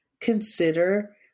consider